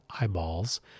eyeballs